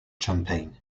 champaign